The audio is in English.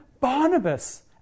Barnabas